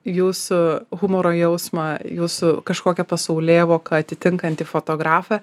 jūsų humoro jausmą jūsų kažkokia pasaulėvoka atitinkantį fotografą